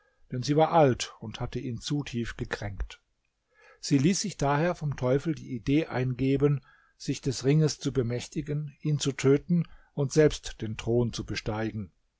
denn sie war alt und hatte ihn zu tief gekränkt sie ließ sich daher vom teufel die idee eingeben sich des ringes zu bemächtigen ihn zu töten und selbst den thron zu besteigen